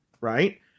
right